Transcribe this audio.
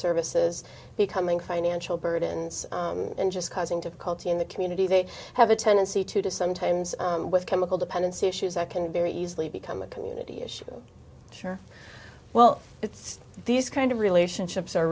services becoming financial burdens and just causing to culture in the community they have a tendency to do sometimes with chemical dependency issues that can very easily become a community issue sure well it's these kind of relationships are